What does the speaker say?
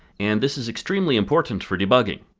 and this is extremely important for debugging!